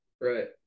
right